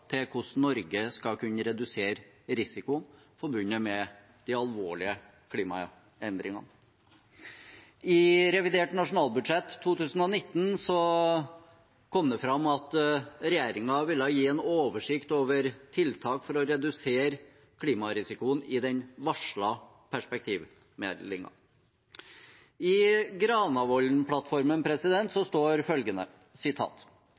til hvordan Norge skal kunne redusere risiko forbundet med de alvorlige klimaendringene. I revidert nasjonalbudsjett for 2019 kom det fram at regjeringen ville gi en oversikt over tiltak for å redusere klimarisikoen i den varslede perspektivmeldingen. I